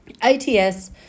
ATS